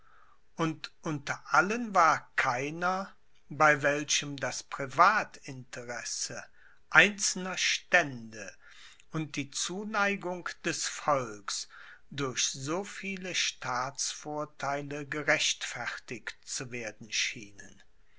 und unter allen war keiner bei welchem das privatinteresse einzelner stände und die zuneigung des volks durch so viele staatsvortheile gerechtfertigt zu werden schienen